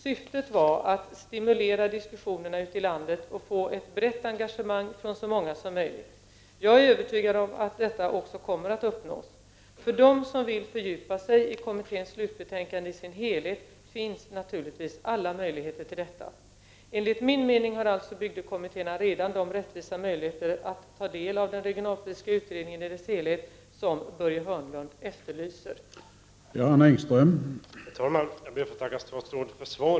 Syftet var att stimulera diskussionerna ute i landet och få ett brett engagemang från så många som möjligt. Jag är övertygad om att detta också kommer att uppnås. För dem som vill fördjupa sig i kommitténs slutbetänkande i dess helhet finns naturligtvis alla möjligheter till detta. Enligt min mening har alltså bygdekommittéerna redan de rättvisa möjligheter att ta del av den regionalpolitiska utredningen i dess helhet som Börje Hörnlund efterlyser.